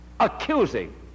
accusing